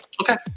Okay